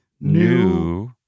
New